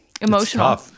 emotional